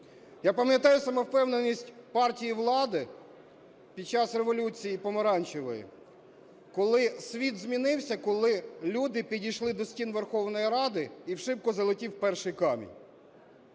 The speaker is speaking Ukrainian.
Я пам'ятаю самовпевненість партії влади під час революції Помаранчевої, коли світ змінився, коли люди підійшли до стін Верховної Ради і в шибку залетів перший камінь.